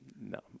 No